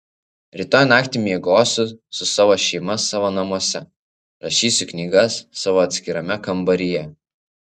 rytoj naktį miegosiu su savo šeima savo namuose rašysiu knygas savo atskirame kambaryje